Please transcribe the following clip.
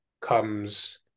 comes